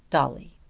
dolly.